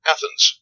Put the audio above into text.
Athens